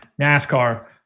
NASCAR